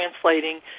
translating